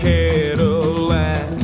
Cadillac